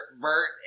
Bert